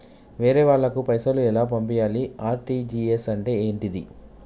వేరే వాళ్ళకు పైసలు ఎలా పంపియ్యాలి? ఆర్.టి.జి.ఎస్ అంటే ఏంటిది?